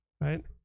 right